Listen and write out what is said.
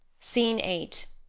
scene eight.